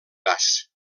gas